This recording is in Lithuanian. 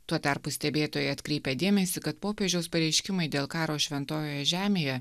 tuo tarpu stebėtojai atkreipia dėmesį kad popiežiaus pareiškimai dėl karo šventojoje žemėje